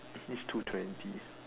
it needs two twenty